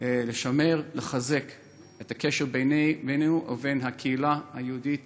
לשמר ולחזק את הקשר בינינו לבין הקהילה היהודית